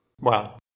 Wow